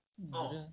think neither